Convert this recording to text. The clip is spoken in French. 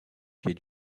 pieds